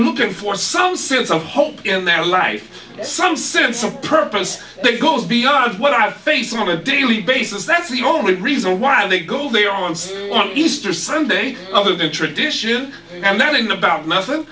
looking for some sense of hope in their life some sense of purpose that goes beyond what i face on a daily basis that's the only reason why they go they are once on easter sunday other than tradition and then in about nothing